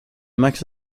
max